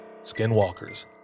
skinwalkers